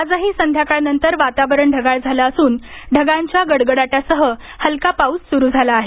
आजही संध्याकाळनंतर वातावरण ढगाळ झालं असून ढगांच्या गडगडाटासह हलका पाऊस सुरू झाला आहे